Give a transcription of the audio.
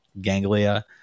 ganglia